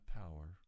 power